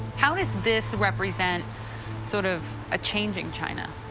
how does this represent sort of a changing china?